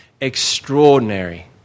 extraordinary